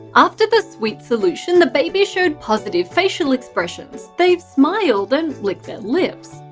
after the sweet solution, the babies showed positive facial expressions they smiled and licked their lips.